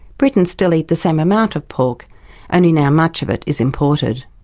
britons still eat the same amount of pork only now much of it is imported.